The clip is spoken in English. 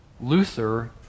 Luther